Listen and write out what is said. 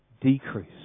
decrease